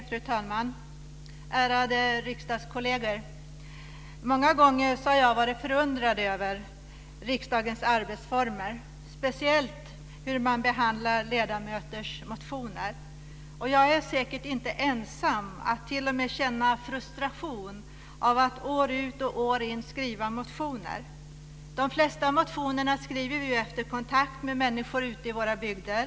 Fru talman och ärade riksdagskolleger! Många gånger har jag varit förundrad över riksdagens arbetsformer, speciellt över hur man behandlar ledamöters motioner. Jag är säkert inte ensam att t.o.m. känna frustration över att år ut och år in väcka motioner. De flesta motioner väcker vi efter kontakt med människor ute i våra bygder.